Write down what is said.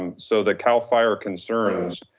and so the cal fire concerns,